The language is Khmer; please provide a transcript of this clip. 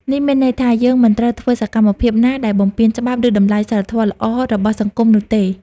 នេះមានន័យថា យើងមិនត្រូវធ្វើសកម្មភាពណាដែលបំពានច្បាប់ ឬតម្លៃសីលធម៌ល្អរបស់សង្គមនោះទេ។